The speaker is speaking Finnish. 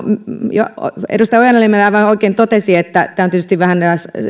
edustaja ojala niemelä aivan oikein totesi että ovat tietysti vähän